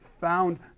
found